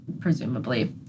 Presumably